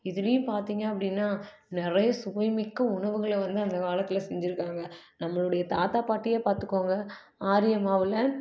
இதிலையும் பார்த்திங்க அப்படின்னா நிறைய சுவை மிக்க உணவுகளை வந்து அந்த காலத்தில் செஞ்சியிருக்காங்க நம்மளுடைய தாத்தா பாட்டியே பார்த்துக்கோங்க ஆரியம் மாவில்